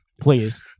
Please